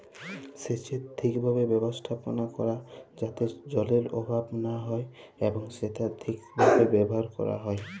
সেচের ঠিকভাবে ব্যবস্থাপালা ক্যরা যাতে জলের অভাব লা হ্যয় এবং সেট ঠিকভাবে ব্যাভার ক্যরা হ্যয়